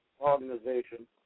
organization